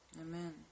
Amen